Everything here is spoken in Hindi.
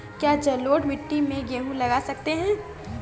क्या जलोढ़ मिट्टी में गेहूँ लगा सकते हैं?